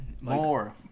More